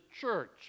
church